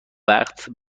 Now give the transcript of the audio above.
وقت